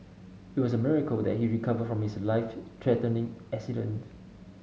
it was a miracle that he recovered from his life threatening accident